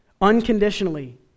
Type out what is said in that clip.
unconditionally